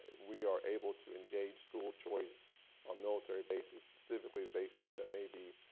we are able to engage school choice on military bases, specifically bases that may be